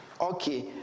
Okay